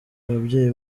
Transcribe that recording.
ababyeyi